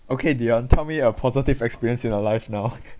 okay dion tell me a positive experience in your life now